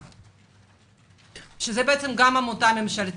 זו גם עמותה ממשלתית.